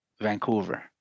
Vancouver